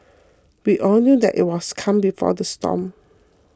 we all knew that it was the calm before the storm